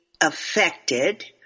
affected